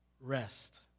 rest